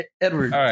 Edward